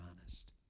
honest